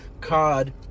COD